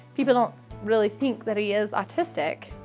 people don't really think that he is autistic.